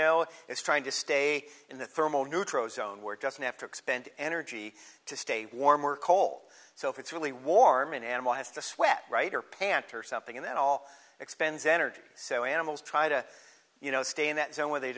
know it's trying to stay in the thermal nutro zone where it doesn't have to expend energy to stay warm or cold so if it's really warm an animal has to sweat right or pant or something and then all expends energy so animals try to you know stay in that zone where they